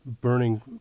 burning